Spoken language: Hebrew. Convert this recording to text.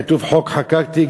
כתוב: חוק חקקתי,